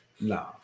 No